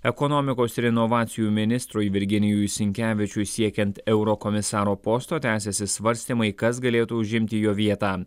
ekonomikos ir inovacijų ministrui virginijui sinkevičiui siekiant eurokomisaro posto tęsiasi svarstymai kas galėtų užimti jo vietą